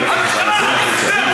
אני מבקש ממך לצאת.